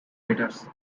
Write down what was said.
meters